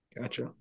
Gotcha